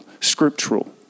scriptural